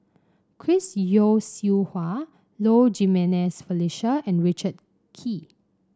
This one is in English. Chris Yeo Siew Hua Low Jimenez Felicia and Richard Kee